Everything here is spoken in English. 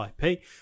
IP